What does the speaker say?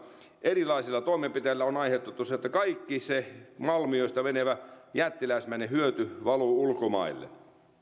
erilaisilla toimenpiteillä on aiheutettu se että kaikki se malmiosta menevä jättiläismäinen hyöty valuu ulkomaille